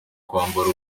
kwambara